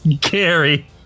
Gary